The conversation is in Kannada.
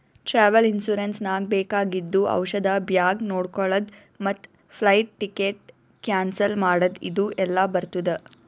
ಟ್ರಾವೆಲ್ ಇನ್ಸೂರೆನ್ಸ್ ನಾಗ್ ಬೇಕಾಗಿದ್ದು ಔಷಧ ಬ್ಯಾಗ್ ನೊಡ್ಕೊಳದ್ ಮತ್ ಫ್ಲೈಟ್ ಟಿಕೆಟ್ ಕ್ಯಾನ್ಸಲ್ ಮಾಡದ್ ಇದು ಎಲ್ಲಾ ಬರ್ತುದ